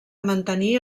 mantenir